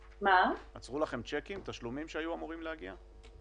תשלומים שהיו אמורים להגיע?